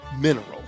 minerals